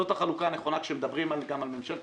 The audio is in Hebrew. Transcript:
זאת החלוקה הנכונה כשמדברים גם על ממשלת